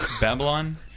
Babylon